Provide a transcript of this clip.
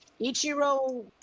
Ichiro